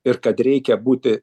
ir kad reikia būti